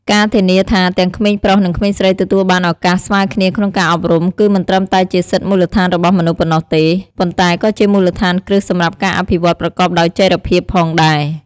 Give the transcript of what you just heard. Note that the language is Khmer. ការធានាថាទាំងក្មេងប្រុស និងក្មេងស្រីទទួលបានឳកាសស្មើគ្នាក្នុងការអប់រំ គឺមិនត្រឹមតែជាសិទ្ធិមូលដ្ឋានរបស់មនុស្សប៉ុណ្ណោះទេ ប៉ុន្តែក៏ជាមូលដ្ឋានគ្រឹះសម្រាប់ការអភិវឌ្ឍប្រកបដោយចីរភាពផងដែរ។